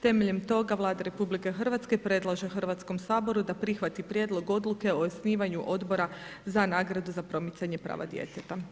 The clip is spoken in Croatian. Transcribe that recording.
Temeljem toga Vlada RH predlaže Hrvatskom saboru da prihvati Prijedlog Odluke o osnivanju Odbora za nagradu za promicanje prava djeteta.